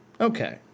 Okay